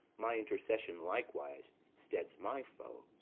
my intercession likewise steads my foe.